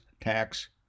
tax